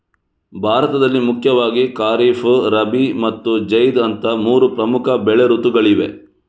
ಭಾರತದಲ್ಲಿ ಮುಖ್ಯವಾಗಿ ಖಾರಿಫ್, ರಬಿ ಮತ್ತು ಜೈದ್ ಅಂತ ಮೂರು ಪ್ರಮುಖ ಬೆಳೆ ಋತುಗಳಿವೆ